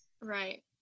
right